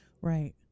right